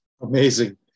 amazing